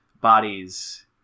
...bodies